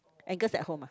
Angus at home ah